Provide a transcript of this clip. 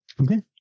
Okay